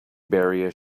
barrier